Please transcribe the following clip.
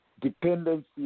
dependency